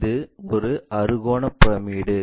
இது ஒரு அறுகோண பிரமிடு